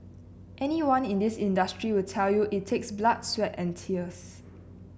anyone in this industry will tell you it takes blood sweat and tears